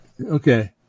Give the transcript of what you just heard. Okay